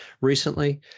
recently